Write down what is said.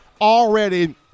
already